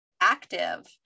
active